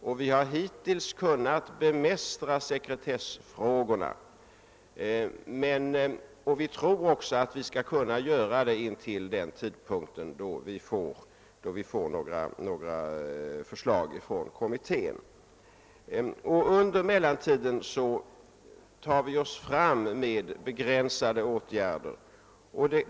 Hittills har vi kunnat bemästra sekretessfrågorna, och vi tror att vi skall kunna göra det intill den tidpunkt då vi får några förslag från kommittén. Under mellantiden tar vi oss fram med begränsade åtgärder.